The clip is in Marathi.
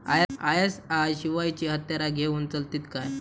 आय.एस.आय शिवायची हत्यारा घेऊन चलतीत काय?